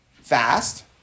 fast